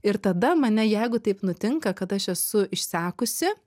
ir tada mane jeigu taip nutinka kad aš esu išsekusi